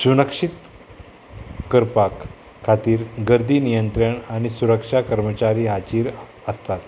सुरक्षीत करपाक खातीर गर्दी नियंत्रण आनी सुरक्षा कर्मचारी हाचेर आसतात